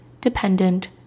dependent